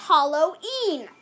Halloween